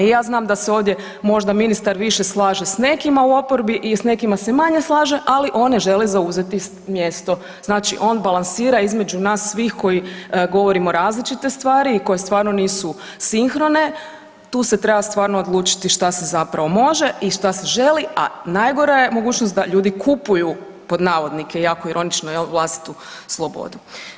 Ja znam da se ovdje možda ministar više slaže s nekima u oporbi i s nekima se manje slaže, ali on ne želi zauzeti mjesto, znači on balansira između nas svih koji govorimo različite stvari i koje stvarno nisu sinhrone, tu se treba stvarno odlučiti šta se zapravo može i šta se želi, a najgora je mogućnost da ljudi „kupuju“ i jako ironično, jel vlastitu slobodu.